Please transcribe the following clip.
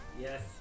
Yes